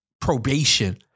probation